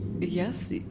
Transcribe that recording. Yes